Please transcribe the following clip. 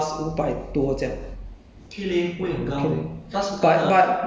uh 租金差不多加 plus plus 五百多这样